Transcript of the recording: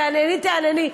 תהנהני, תהנהני.